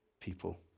people